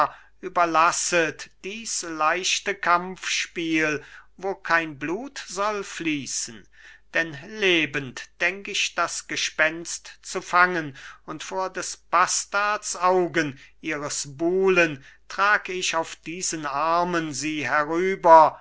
überlasset dies leichte kampfspiel wo kein blut soll fließen denn lebend denk ich das gespenst zu fangen und vor des bastards augen ihres buhlen trag ich auf diesen armen sie herüber